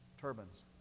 turbines